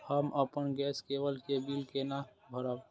हम अपन गैस केवल के बिल केना भरब?